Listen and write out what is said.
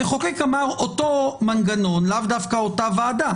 המחוקק אמר: אותו מנגנון, לאו דווקא אותה ועדה